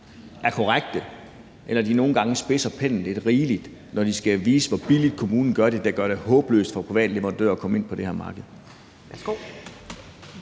er korrekte, eller om de nogle gange spidser pennen lidt rigeligt, når de skal vise, hvor billigt kommunen gør det og derved gør det håbløst for private leverandører at komme ind på det her marked?